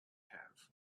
have